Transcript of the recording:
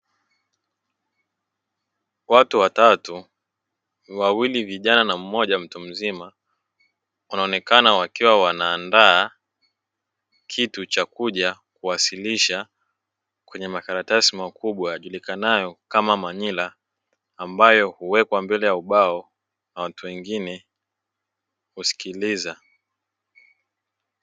Watu watatu wawili vijana na mmoja mtu mzima unaonekana wakiwa wanaandaa kitu cha kuja kuwasilisha kwenye makaratasi makubwa, yajulikanayo kama manyila ambayo huwekwa mbele ya ubao na watu wengine kusikiliza.